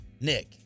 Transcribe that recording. Nick